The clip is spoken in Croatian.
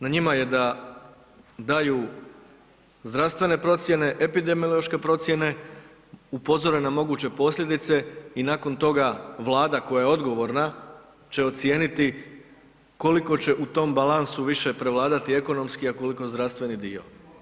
Na njima je da daju zdravstvene procijene, epidemiološke procijene, upozore na moguće posljedice i nakon toga Vlada koja je odgovorna, će ocijeniti koliko će u tom balansu više prevladati ekonomski, a koliko zdravstveni dio.